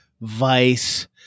Vice